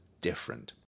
different